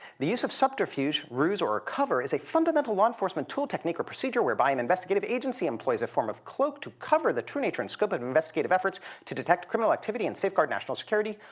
the use of subterfuge, ruse, or a cover is a fundamental law enforcement tool technique or procedure whereby an investigative agency employs a form of cloak to cover the true nature and scope of and investigative efforts to detect criminal activity and safeguard national security.